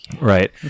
right